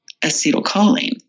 acetylcholine